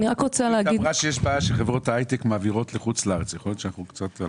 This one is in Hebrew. הרב גפני, אמרת להם שיחזרו עם תשובה מתי החוק.